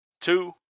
two